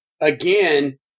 again